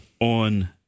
on